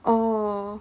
orh